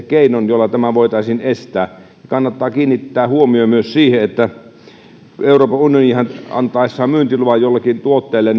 keinon jolla tämä voitaisiin estää kannattaa kiinnittää huomio myös siihen että euroopan unionihan antaessaan myyntiluvan jollekin tuotteelle